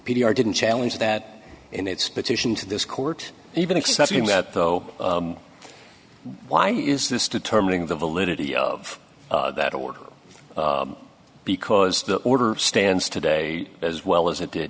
t r didn't challenge that in its petition to this court even accepting that though why is this determining the validity of that order because the order stands today as well as it did